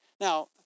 Now